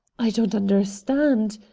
i don't understand,